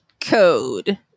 code